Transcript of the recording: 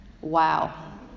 Wow